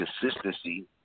Consistency